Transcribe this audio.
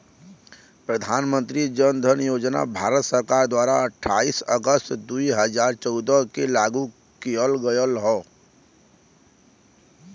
प्रधान मंत्री जन धन योजना भारत सरकार द्वारा अठाईस अगस्त दुई हजार चौदह के लागू किहल गयल हौ